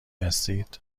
هستید